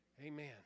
Amen